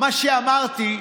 מה שאמרתי: